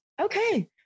Okay